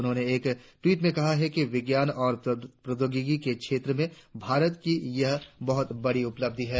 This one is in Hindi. उन्होंने एक टवीट में कहा है कि विज्ञान और प्रौद्योगिकी के क्षेत्र में भारत की यह बहुत बड़ी उपलब्धि है